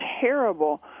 terrible